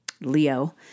Leo